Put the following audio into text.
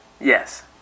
Yes